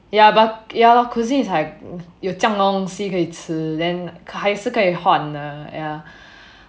ya but ya lor cuisine is like 有这样多东西可以吃 then like 还是可以换的 ya